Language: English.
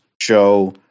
show